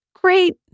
great